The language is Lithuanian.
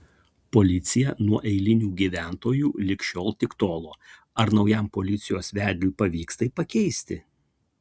policija nuo eilinių gyventojų lig šiol tik tolo ar naujam policijos vedliui pavyks tai pakeisti